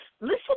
listen